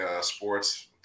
sports